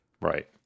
Right